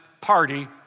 party